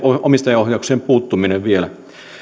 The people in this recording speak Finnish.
omistajaohjaukseen puuttuminen vielä